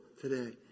today